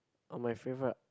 oh my favourite ah